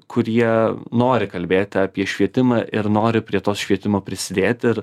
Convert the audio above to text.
kurie nori kalbėti apie švietimą ir nori prie tos švietimo prisidėti ir